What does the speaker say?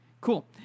Cool